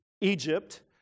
Egypt